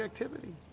activity